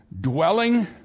Dwelling